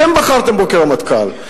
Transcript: אתם בחרתם בו כרמטכ"ל,